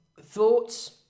Thoughts